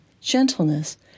gentleness